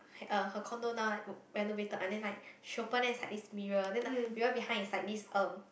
her her condo now right w~ renovated and then like she open there's like this mirror and then the mirror behind is like this um